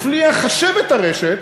הפליאה חשבת הרשת